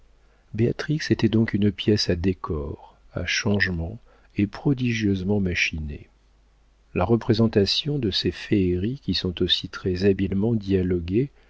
était donc une pièce à décor à changement et prodigieusement machinée la représentation de ces féeries qui sont aussi très-habilement dialoguées